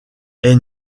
est